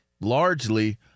largely